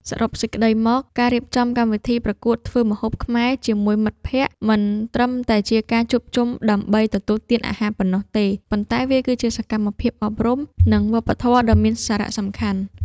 សរុបសេចក្ដីមក ការរៀបចំកម្មវិធីប្រកួតធ្វើម្ហូបខ្មែរជាមួយមិត្តភក្តិ មិនត្រឹមតែជាការជួបជុំដើម្បីទទួលទានអាហារប៉ុណ្ណោះទេ ប៉ុន្តែវាគឺជាសកម្មភាពអប់រំ និងវប្បធម៌ដ៏មានសារៈសំខាន់។